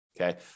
okay